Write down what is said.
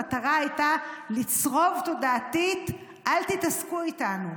המטרה הייתה לצרוב תודעתית: אל תתעסקו איתנו,